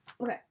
Okay